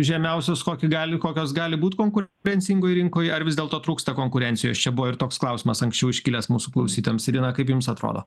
žemiausios kokį gali kokios gali būt konkurencingoj rinkoj ar vis dėlto trūksta konkurencijos čia buvo ir toks klausimas anksčiau iškilęs mūsų klausytojams irena kaip jums atrodo